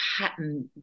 pattern